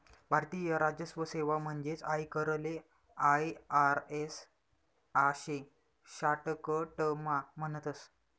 भारतीय राजस्व सेवा म्हणजेच आयकरले आय.आर.एस आशे शाटकटमा म्हणतस